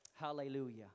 Hallelujah